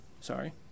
sorry